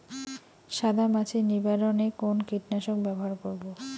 সাদা মাছি নিবারণ এ কোন কীটনাশক ব্যবহার করব?